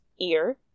ear